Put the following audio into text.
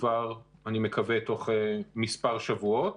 אני מקווה שכבר בתוך מספר שבועות.